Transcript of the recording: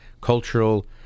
cultural